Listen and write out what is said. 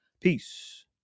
Peace